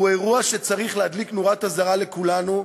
הוא אירוע שצריך להדליק נורת אזהרה לכולנו,